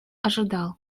ожидал